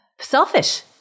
selfish